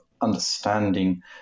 understanding